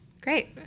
Great